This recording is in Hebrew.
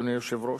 אדוני היושב-ראש.